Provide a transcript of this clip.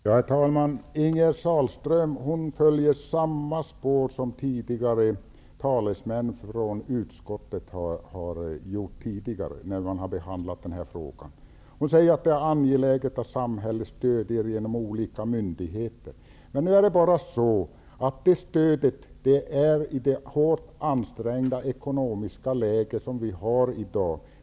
Herr talman! Ingegerd Sahlström följer samma spår som tidigare talesmän från utskottet har följt när man har behandlat den här frågan. Hon säger att det är angeläget att samhället stöder genom olika myndigheter. Men det stödet är mycket begränsat i det hårt ansträngda ekonomiska läge som vi har i dag.